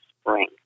spring